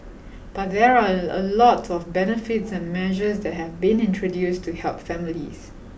but there are a a lot of benefits and measures that have been introduced to help families